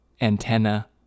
Antenna